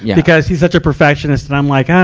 yeah because he's such a perfectionist, and i'm like, ah,